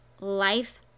life